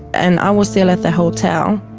and i was still at the hotel.